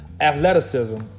athleticism